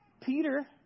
Peter